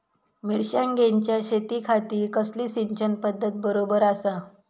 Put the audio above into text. मिर्षागेंच्या शेतीखाती कसली सिंचन पध्दत बरोबर आसा?